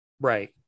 right